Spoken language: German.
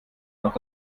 noch